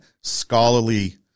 scholarly